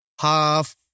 half